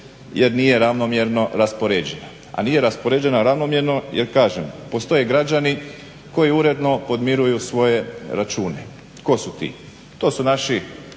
jer nije ravnomjerno raspoređena. A nije raspoređena ravnomjerno jer kažem, postoje građani koji uredno podmiruju svoje račune. Tko su ti, to su naši